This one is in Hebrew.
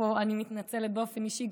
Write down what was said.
אני מתנצלת באופן אישי,